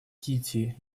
кити